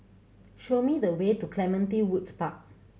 show me the way to Clementi Woods Park